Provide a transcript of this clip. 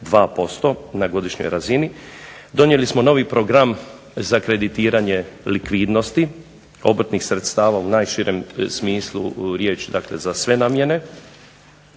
2% na godišnjoj razini. Donijeli smo novi program za kreditiranje likvidnosti, obrtnih sredstava u najširem smislu riječi, dakle za sve namjene.